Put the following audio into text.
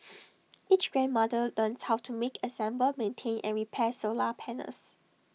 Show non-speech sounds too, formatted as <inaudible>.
<noise> each grandmother learns how to make assemble maintain and repair solar panels